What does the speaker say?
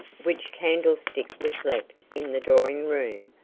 which candlestick was left in the drawing-room,